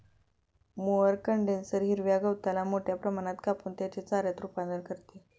mower condenser हिरव्या गवताला मोठ्या प्रमाणात कापून त्याचे चाऱ्यात रूपांतर करते